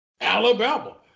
Alabama